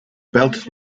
belt